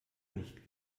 nicht